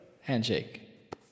handshake